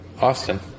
Austin